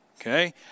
okay